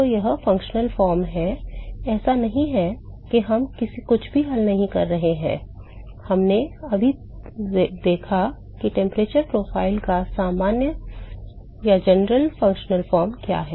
तो यह सामान्य कार्यात्मक रूप है ऐसा नहीं है कि हम कुछ भी हल नहीं कर रहे हैं हमने अभी देखा है कि तापमान प्रोफ़ाइल का सामान्य कार्यात्मक रूप क्या है